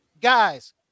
guys